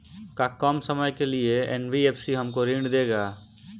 का कम समय के लिए एन.बी.एफ.सी हमको ऋण देगा?